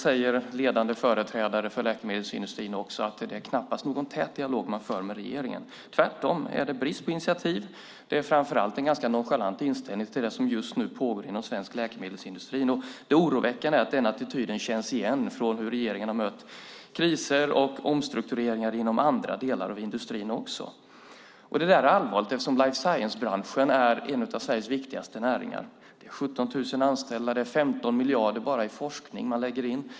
Ledande företrädare för läkemedelsindustrin säger att det knappast är någon tät dialog man för med regeringen. Tvärtom råder det brist på initiativ, och framför allt är det en ganska nonchalant inställning till det som just nu pågår inom den svenska läkemedelsindustrin. Det oroväckande är att den attityden känns igen från regeringens sätt att möta kriser och omstruktureringar inom andra delar av industrin. Det är allvarligt eftersom life science-branschen är en av Sveriges viktigaste näringar. Det handlar om 17 000 anställda. Man lägger 15 miljarder enbart på forskning.